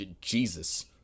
Jesus